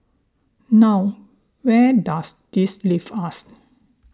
now where does this leave us